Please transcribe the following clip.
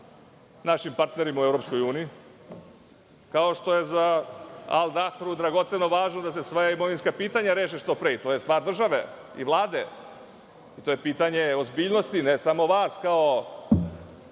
našim partnerima u EU, kao što je za „Al Dahru“ dragoceno i važno da se sva imovinska pitanja reše što pre. To je stvar države i Vlade i to je pitanje ozbiljnosti, ne samo vas kao